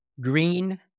green